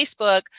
Facebook